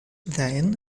therein